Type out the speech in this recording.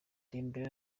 dembele